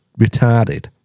retarded